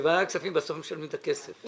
בוועדת הכספים בסוף משלמים את הכסף.